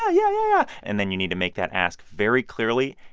yeah, yeah, yeah. and then you need to make that ask very clearly,